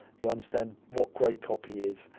you understand what great copy is,